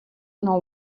know